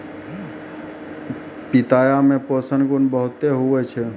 पिताया मे पोषण गुण बहुते हुवै छै